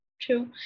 True